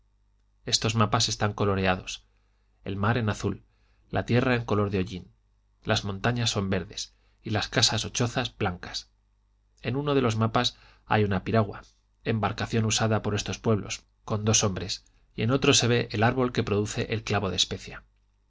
estos mapas están coloreados el mar en azul la tierra en color de hollín las montañas son verdes y las casas o chozas blancas en uno de los mapas hay una piragua embarcación usada por estos pueblos con dos hombres y en otro se ve el árbol que produce el clavo de especia